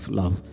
love